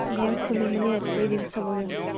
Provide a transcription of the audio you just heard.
মই খুলি মেলি এড কৰি দিম চবকে